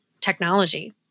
technology